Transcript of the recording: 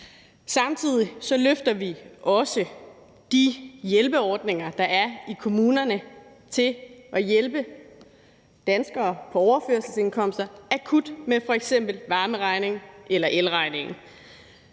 Samtidig løfter vi også de hjælpeordninger, der er i kommunerne, til at hjælpe danskere på overførselsindkomster akut med f.eks. varmeregningen eller elregningen.